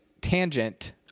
tangent